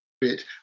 bit